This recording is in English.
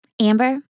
Amber